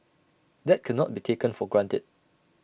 that cannot be taken for granted